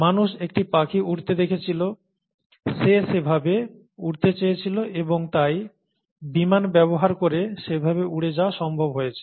মানুষ একটি পাখি উড়তে দেখেছিল সে সেভাবে উড়তে চেয়েছিল এবং তাই বিমান ব্যবহার করে সেভাবে উড়ে যাওয়া সম্ভব হয়েছে